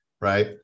right